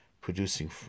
producing